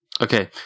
Okay